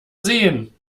sehen